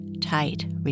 Tight